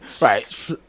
Right